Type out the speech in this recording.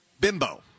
Bimbo